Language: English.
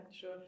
sure